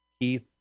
Keith